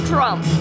Trump